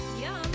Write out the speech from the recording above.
Yum